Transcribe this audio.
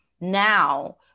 now